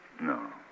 No